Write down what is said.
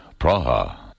Praha